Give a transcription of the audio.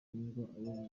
bishinjwa